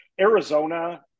Arizona